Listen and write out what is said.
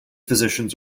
physicians